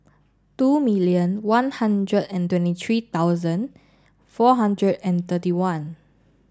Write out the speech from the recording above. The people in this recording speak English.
two million one hundred and twenty three thousand four hundred and thirty one